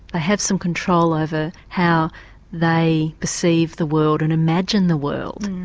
have some control over how they perceive the world and imagine the world.